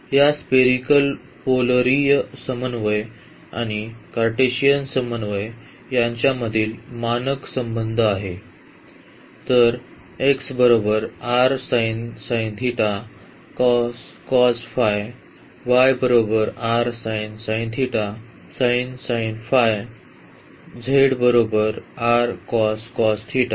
तर या स्पेरीकल पोलरीय समन्वय आणि कार्टेशियन समन्वय यांच्यामधील मानक संबंध आहे